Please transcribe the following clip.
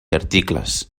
articles